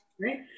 right